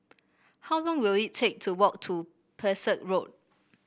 how long will it take to walk to Pesek Road